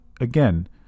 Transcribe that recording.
again